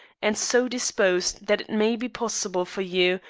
and so disposed that it may be possible for you,